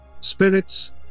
Spirits